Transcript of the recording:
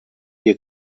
your